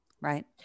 right